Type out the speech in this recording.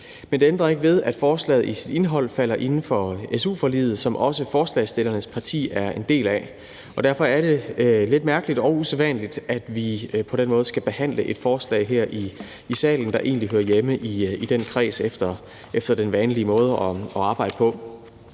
men det ændrer ikke ved, at forslaget i sit indhold falder inden for su-forliget, som også forslagsstillernes parti er en del af. Derfor er det lidt mærkeligt og usædvanligt, at vi på den måde skal behandle et forslag her i salen, der egentlig hører hjemme i den kreds efter den vanlige måde at arbejde på.